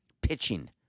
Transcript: pitching